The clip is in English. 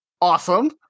Awesome